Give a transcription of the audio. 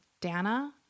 Dana